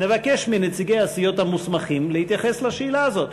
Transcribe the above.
נבקש מנציגי הסיעות המוסמכים להתייחס לשאלה הזו.